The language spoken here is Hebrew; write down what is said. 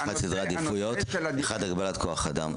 אחד סדרי עדיפויות ואחד הגבלת כוח אדם,